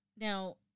Now